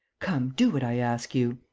come, do what i ask you.